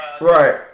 right